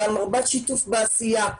מרובת שיתוף בעשייה.